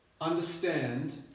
understand